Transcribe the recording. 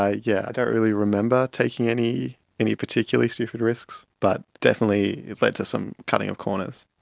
i yeah don't really remember taking any any particularly stupid risks, but definitely it led to some cutting of corners.